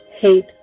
Hate